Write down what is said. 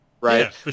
right